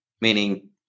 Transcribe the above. Meaning